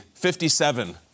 57